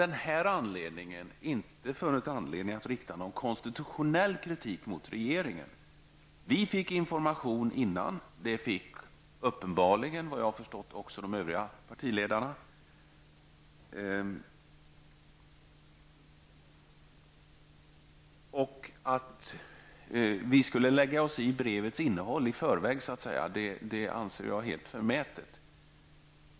Vi har inte funnit någon anledning att rikta konstitutionell kritik mot regeringen. Vi fick information innan. Det fick uppenbarligen, såvitt jag har förstått, också de övriga partierna. Jag anser det vara helt förmätet att vi i förväg skulle lägga oss i brevets innehåll.